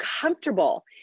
comfortable